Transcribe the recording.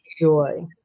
joy